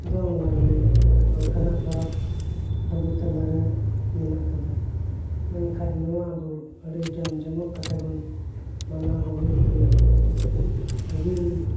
ᱫᱚᱝ ᱞᱟᱜᱽᱲᱮ ᱱᱚᱝᱠᱟᱱᱟᱜ ᱯᱚᱨᱚᱵᱽ ᱟᱵᱚ ᱛᱟᱞᱟᱨᱮ ᱢᱮᱱᱟᱜ ᱠᱟᱫᱟ ᱢᱮᱱᱠᱷᱟᱱ ᱱᱚᱣᱟ ᱟᱵᱚ ᱡᱚᱢ ᱡᱚᱢᱟᱴ ᱠᱟᱛᱮ ᱵᱚᱱ ᱢᱟᱱᱟᱣ ᱟᱹᱜᱩᱭᱮᱫ ᱠᱟᱱᱟ ᱟᱹᱜᱤᱞ